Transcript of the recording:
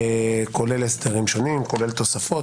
כולל הסדרים שונים, כולל תוספות.